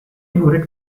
voted